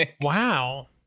Wow